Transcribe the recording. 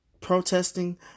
protesting